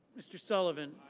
mr. sullivan.